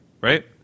right